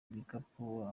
ibikapu